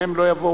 אם הם לא יבואו,